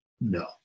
No